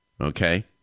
Okay